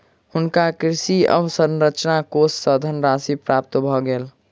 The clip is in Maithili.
हुनका कृषि अवसंरचना कोष सँ धनराशि प्राप्त भ गेल